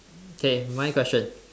okay my question